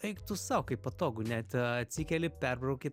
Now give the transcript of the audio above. eik tu sau kaip patogu net atsikeli perbrauki